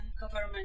government